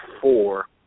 four